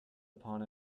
upon